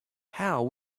how